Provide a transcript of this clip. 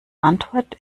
antwort